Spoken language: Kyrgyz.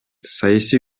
саясий